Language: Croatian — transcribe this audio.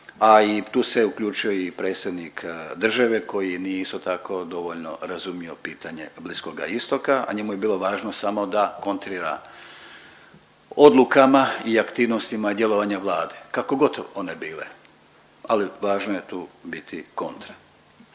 a i tu se uključio i predsjednik države koji nije isto tako dovoljno razumio pitanje Bliskoga istoka, a njemu je bilo važno samo da kontrira odlukama i aktivnostima djelovanja Vlade kako god one bile. Ali važno je tu biti kontra.